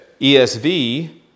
ESV